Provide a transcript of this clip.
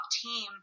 team